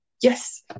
Yes